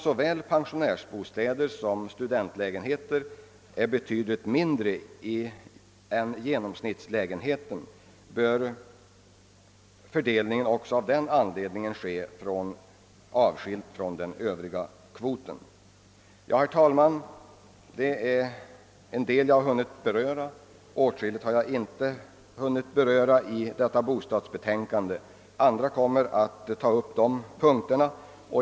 Såväl pensionärssom studentlägenheter är också till ytan betydligt mindre än genomsnittslägenheten, varför fördelningen även av den anledningen bör ske avskilt från den övriga bostadskvoten. Herr talman! Åtskilliga frågor i' detta bostadsbetänkande har jag inte hunnit beröra i mitt anförande, men andra talare kommer att ta upp dem.